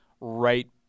right